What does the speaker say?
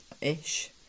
Ish